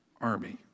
army